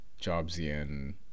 Jobsian